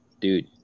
dude